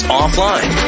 offline